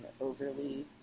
overly